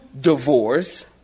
divorce